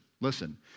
listen